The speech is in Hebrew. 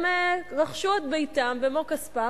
רכשו את ביתם במו-כספם,